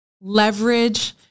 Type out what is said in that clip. leverage